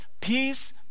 Peace